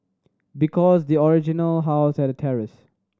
because the original house had a terrace